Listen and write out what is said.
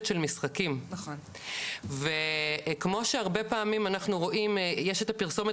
של משחקים וכמו שהרבה פעמים אנחנו רואים יש את הפרסומת